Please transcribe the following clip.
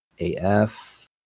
AF